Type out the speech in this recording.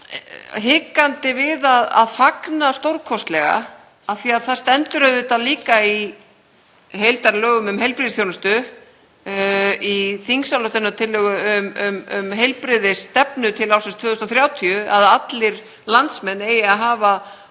hikandi við að fagna stórkostlega af því að það stendur líka í heildarlögum um heilbrigðisþjónustu, í þingsályktunartillögu um heilbrigðisstefnu til ársins 2030, að allir landsmenn eigi að hafa